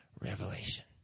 revelation